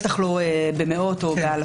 בטח לא במאות או באלפים.